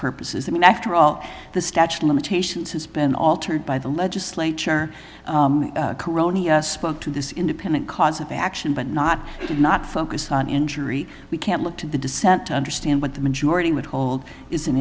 purposes i mean after all the statute of limitations has been altered by the legislature corona spoke to this independent cause of action but not not focus on injury we can't look to the dissent to understand what the majority would hold is an